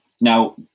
Now